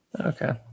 Okay